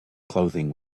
clothing